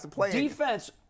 defense